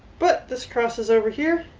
but this cross is over here